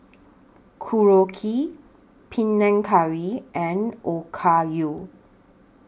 Korokke Panang Curry and Okayu